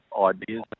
ideas